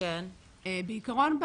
בעיקרון,